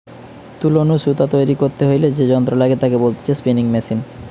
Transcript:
তুলো নু সুতো তৈরী করতে হইলে যে যন্ত্র লাগে তাকে বলতিছে স্পিনিং মেশিন